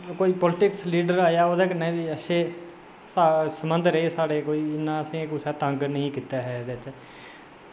कोई politics leader बी आया ते ओह्दे कन्नै बी साढ़े सम्बंध रेह् इन्ना कोई असें ई तंग निं कीता ऐ एह्दे च